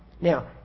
Now